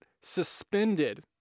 suspended